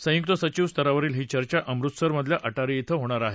संयुक्त सचिव स्तरावरील ही चर्चा अमृतसर मधल्या अटारी क्रें होणार आहे